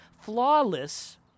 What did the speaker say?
flawless